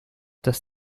dass